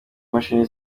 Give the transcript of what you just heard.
mashini